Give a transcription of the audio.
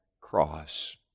cross